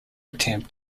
attempt